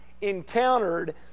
encountered